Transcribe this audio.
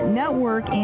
network